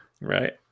Right